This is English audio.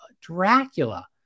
Dracula